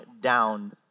down